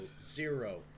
zero